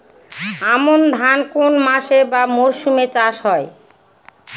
আমন ধান কোন মাসে বা মরশুমে চাষ হয়?